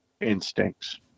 instincts